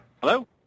Hello